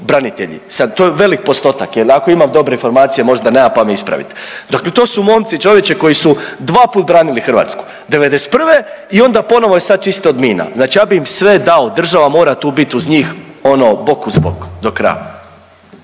to je velik postotak, jel ako imam dobre informacije, možda nemam, pa me ispravite. Dakle to su momci čovječe koji su dvaput branili Hrvatsku '91. i onda ponovo je sad čiste od mina, znači ja bi im sve dao, država mora tu bit uz njih ono bok uz bok do kraja.